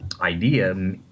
idea